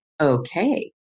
Okay